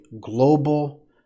global